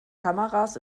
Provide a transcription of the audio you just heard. kameras